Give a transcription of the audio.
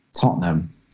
Tottenham